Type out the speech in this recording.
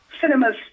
cinema's